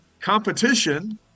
competition